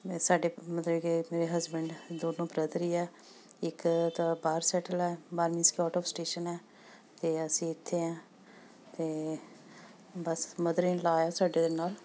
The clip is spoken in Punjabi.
ਸਾਡੇ ਮਤਲਬ ਕਿ ਮੇਰੇ ਹਸਬੈਂਡ ਦੋਨੋਂ ਬ੍ਰਦਰ ਹੀ ਹੈ ਇੱਕ ਤਾਂ ਬਾਹਰ ਸੈਟਲ ਹੈ ਬਾਰਮੀ ਸਕਿਓਟ ਔਫ ਸਟੇਸ਼ਨ ਹੈ ਅਤੇ ਅਸੀਂ ਇੱਥੇ ਹਾਂ ਅਤੇ ਬਸ ਮਦਰ ਇਨ ਲਾਅ ਹੈ ਸਾਡੇ ਨਾਲ